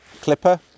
clipper